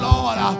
Lord